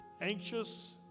anxious